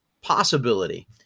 possibility